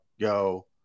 go